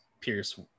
pierce